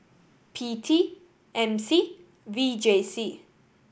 P T M C and V J C